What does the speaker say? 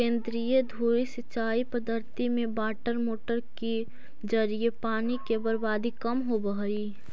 केंद्रीय धुरी सिंचाई पद्धति में वाटरमोटर के जरिए पानी के बर्बादी कम होवऽ हइ